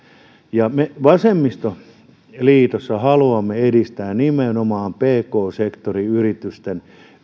me vasemmistoliitossa haluamme edistää nimenomaan pk sektoriyritysten